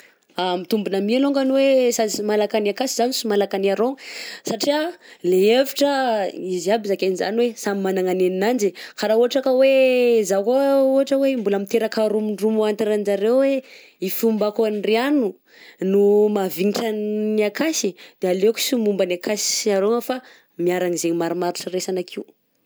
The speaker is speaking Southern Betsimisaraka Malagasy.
Mitombona mi alongany oe sady sy malaka ny akasy zah no sy malaka ny arôgno, satria le hevitra izy aby zakaigny zany hoe, samy magnagna ny agnanjy e. _x000D_ Ka raha ohatra ka hoe zah koa ohatra hoe mbola miteraka romondromo entre anjareo oe ny fomba amindry iagno no mahavignitra ny akasy de aleoko sy momba ny akasy sy arôgno fa miaro izay marimaritra iraisana akeo.